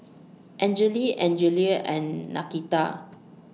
Angele Angelia and Nakita